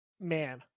man